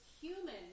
human